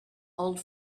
old